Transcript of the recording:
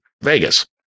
Vegas